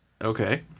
Okay